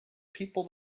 people